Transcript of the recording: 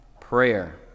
prayer